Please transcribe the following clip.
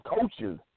coaches